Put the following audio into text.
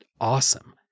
awesome